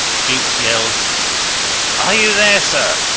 jukes yelled are you there, sir?